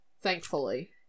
Thankfully